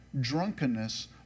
drunkenness